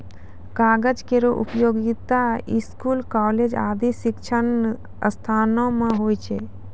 कागज केरो उपयोगिता स्कूल, कॉलेज आदि शिक्षण संस्थानों म होय छै